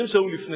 אדוני